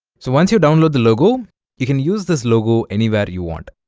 so once you download the logo you can use this logo anywhere you want